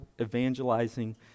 evangelizing